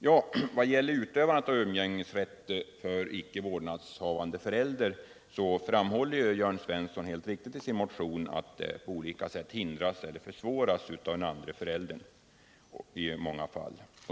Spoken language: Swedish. Vad det gäller frågan om icke vårdnadshavande förälders utövande av umgängesrätten framhåller Jörn Svensson helt riktigt i sin motion att utövandet av umgängesrätten i många fall på olika sätt förhindras eller försvåras av den vårdnadshavande föräldern.